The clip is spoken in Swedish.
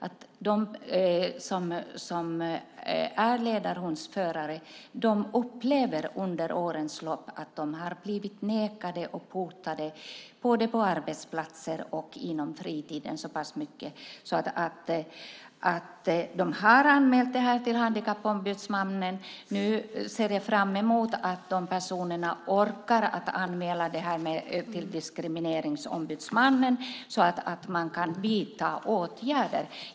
De som är ledarhundsförare upplever under årens lopp att de har blivit nekade och hotade både på arbetsplatser och under sin fritid i så hög grad att de har anmält det till Handikappombudsmannen. Jag ser fram emot att de här personerna nu orkar anmäla detta till Diskrimineringsombudsmannen så att man kan vidta åtgärder.